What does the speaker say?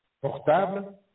portable